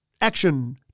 Action